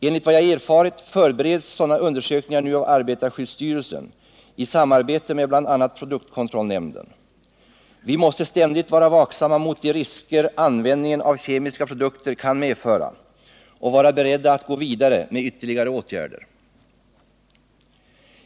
Enligt vad jag erfarit förbereds sådana undersökningar nu av arbetarskyddsstyrelsen i samarbete med bl.a. produktkontrollnämnden. Vi måste ständigt vara vaksamma mot de risker användningen av kemiska produkter kan medföra och vara beredda att gå vidare med ytterligare åtgärder.